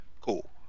Cool